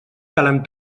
calen